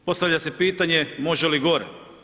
Postavlja se pitanje može li gore.